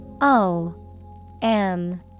O-M